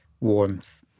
warmth